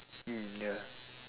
mm ya